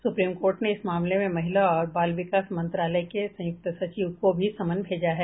supreme court ने इस मामले में महिला और बाल विकास मंत्रालय के संयुक्त सचिव को भी समन भेजा है